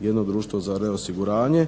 jedno društvo za reosiguranje